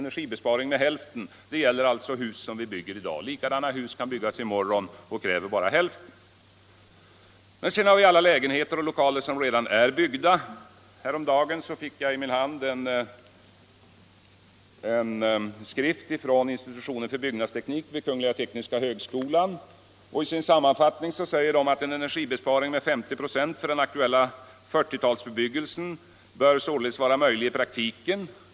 Li kadana hus som vi bygger i dag kan byggas i morgon men kräver bara hälften så mycket energi. Sedan har vi alla lägenheter och lokaler som redan är byggda. Häromdagen fick jag i min hand en skrift från institutionen för byggnadsteknik vid Kungliga Tekniska högskolan. I sammanfattningen sägs att en energibesparing med 50 4 för den aktuella 40-talsbebyggelsen bör vara möjlig i praktiken.